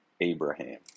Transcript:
Abraham